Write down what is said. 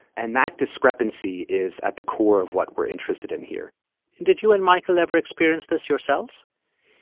and that discrepancy is at the core of what we're interested in here did you and michael ever experience this yourselves?